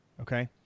Okay